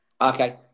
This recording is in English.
okay